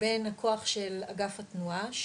בין הכוח של אגף התנועה,